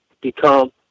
become